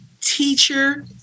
teacher